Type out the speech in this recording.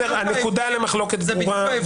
הנקודה למחלוקת ברורה.